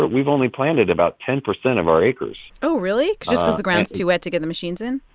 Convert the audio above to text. but we've only planted about ten percent of our acres oh, really just cause the ground's too wet to get the machines in?